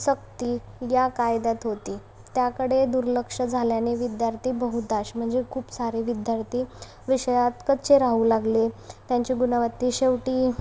सक्ती या कायद्यात होती त्याकडे दुर्लक्ष झाल्याने विद्यार्थी बहुतांश म्हणजे खूप सारे विद्यार्थी विषयात कच्चे राहू लागले त्यांचे गुणवत्ते शेवटी